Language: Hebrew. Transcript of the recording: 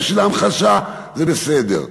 בשביל ההמחשה זה בסדר.